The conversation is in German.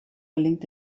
gelingt